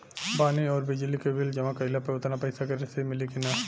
पानी आउरबिजली के बिल जमा कईला पर उतना पईसा के रसिद मिली की न?